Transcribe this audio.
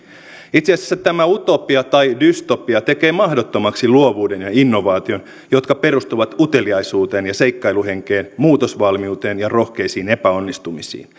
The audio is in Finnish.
itse asiassa tämä utopia tai dystopia tekee mahdottomaksi luovuuden ja innovaation jotka perustuvat uteliaisuuteen ja seikkailuhenkeen muutosvalmiuteen ja rohkeisiin epäonnistumisiin